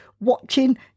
watching